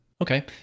Okay